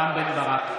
נגד רם בן ברק,